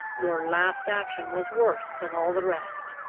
your last action was worse than all the rest.